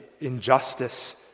injustice